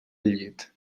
llit